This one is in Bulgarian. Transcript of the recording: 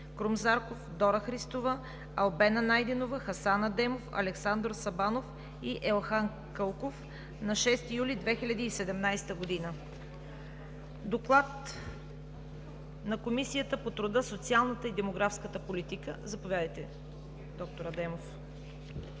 Крум Зарков, Дора Христова, Албена Найденова, Хасан Адемов, Александър Сабанов и Елхан Кълков на 6 юли 2017 г. Доклад на Комисията по труда, социалната и демографската политика. Заповядайте, доктор Адемов.